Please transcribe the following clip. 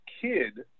kid